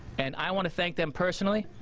and i want to thank them personally.